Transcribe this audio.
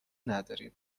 نداریم